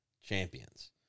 champions